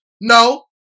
No